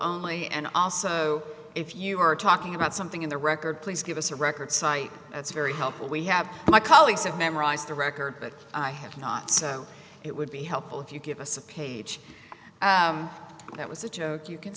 only and also if you are talking about something in the record please give us a record site that's very helpful we have my colleagues have memorized the record but i have not so it would be helpful if you give us a page that was a joke you can